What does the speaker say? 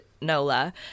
nola